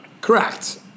Correct